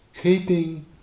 keeping